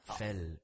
fell